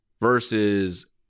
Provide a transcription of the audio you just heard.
versus